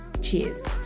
Cheers